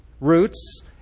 roots